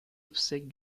obsèques